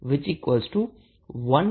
56126 1